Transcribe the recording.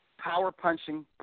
power-punching